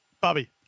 Bobby